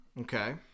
Okay